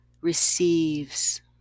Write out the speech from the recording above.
receives